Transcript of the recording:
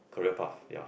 career path ya